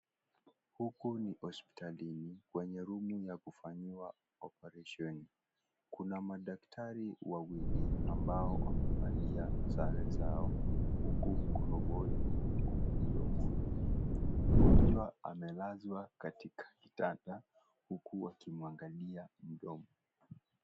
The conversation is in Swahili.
Huku ni hospitalini kwenye (CS) rumu (CS) ya kufaniwa (CS) oparesheni(CS). Kuna madaktari wawili ambao wamivalia sare zao, huku kuroboi iko mdomoni. Mgonjwa amelazwa katika kitanda huku watumuangalia mdomoni.